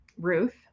Ruth